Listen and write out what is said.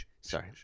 sorry